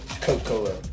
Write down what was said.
Coca-Cola